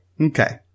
Okay